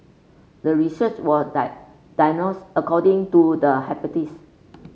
the research were according to the hyper